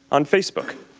on facebook.